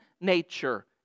nature